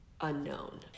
unknown